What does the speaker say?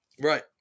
right